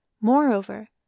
Moreover